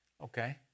Okay